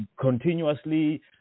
continuously